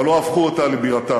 אבל לא הפכו אותה לבירתם.